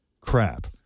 crap